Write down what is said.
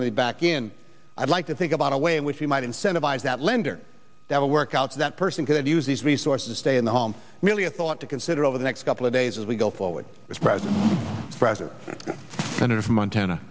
money back in i'd like to think about a way in which you might incentivize that lender that will work out that person could use these resources to stay in the home merely a thought to consider over the next couple of days as we go forward as president president senator from montana